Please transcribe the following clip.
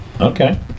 Okay